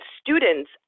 students